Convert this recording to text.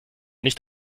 nicht